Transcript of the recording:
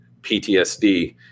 PTSD